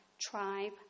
tribe